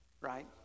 right